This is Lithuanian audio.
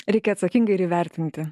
reikia atsakingai ir įvertinti